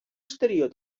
exterior